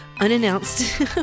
unannounced